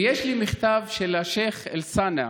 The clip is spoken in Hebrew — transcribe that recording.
ויש לי מכתב של השייח' אלסאנע